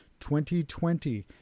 2020